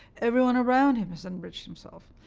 everyone around him has enriched himself.